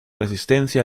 resistencia